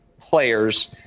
players